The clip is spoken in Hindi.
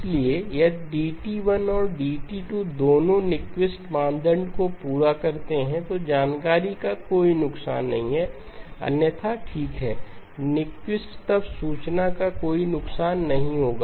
इसलिए यदि DT1 और DT 2 दोनों न्यूक्विस्ट मानदंड को पूरा करते हैं तो जानकारी का कोई नुकसान नहीं है अन्यथा ठीक है न्यूक्विस्ट तब सूचना का कोई नुकसान नहीं होगा